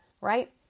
right